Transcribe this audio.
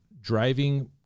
driving